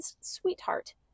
sweetheart